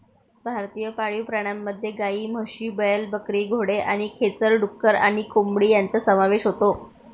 भारतीय पाळीव प्राण्यांमध्ये गायी, म्हशी, बैल, बकरी, घोडे आणि खेचर, डुक्कर आणि कोंबडी यांचा समावेश होतो